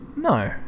No